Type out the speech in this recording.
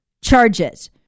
charges